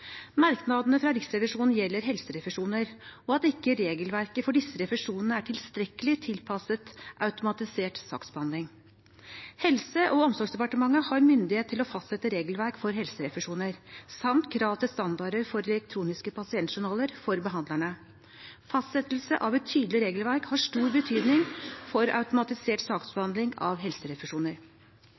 Merknadene fra Riksrevisjonen gjelder helserefusjoner og at ikke regelverket for disse refusjonene er tilstrekkelig tilpasset automatisert saksbehandling. Helse- og omsorgsdepartementet har myndighet til å fastsette regelverk for helserefusjoner samt krav til standarder for elektroniske pasientjournaler for behandlerne. Fastsettelse av et tydelig regelverk har stor betydning for automatisert saksbehandling av helserefusjoner.